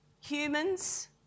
Humans